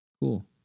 cool